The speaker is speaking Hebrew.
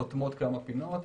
שסותמות כמה פינות,